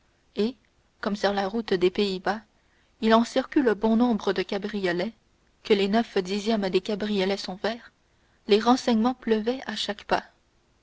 et comme sur la route des pays-bas il circule bon nombre de cabriolets que les neuf dixièmes des cabriolets sont verts les renseignements pleuvaient à chaque pas